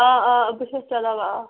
آ آ بہٕ چھَس چلاوان آ